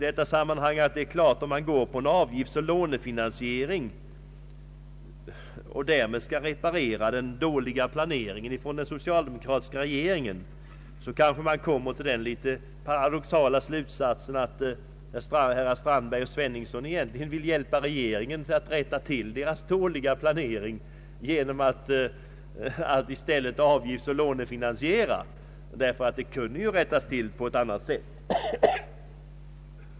Det är klart att om regeringen försöker reparera sin dåliga planering genom en avgiftsoch lånefinansiering så kanske man får dra den något paradoxala slutsatsen att herrar Strandberg och Sveningsson försöker hjälpa regeringen att rätta till dess dåliga planering. Den kunde ju rättas till på annat sätt.